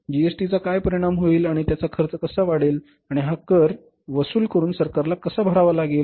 जीएसटीचा काय परिणाम होईल आणि त्याचा खर्च कसा वाढेल आणि हा कर वसूल करुन सरकारला कसा भरावा लागेल